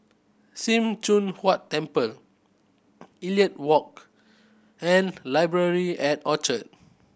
Sim Choon Huat Temple Elliot Walk and Library at Orchard